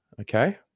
Okay